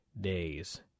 days